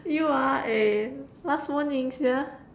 you ah eh last warning sia